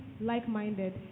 like-minded